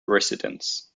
residence